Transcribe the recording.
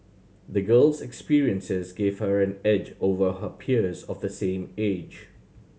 the girl's experiences give her an edge over her peers of the same age